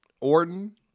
Orton